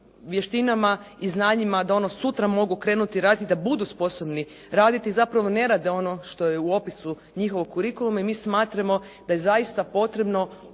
i znanjima da ono sutra mogu krenuti raditi, da budu sposobni raditi zapravo ne rade ono što je u opisu njegovog kurikuluma i mi smatramo da je zaista potrebno